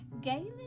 Galen